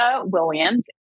Williams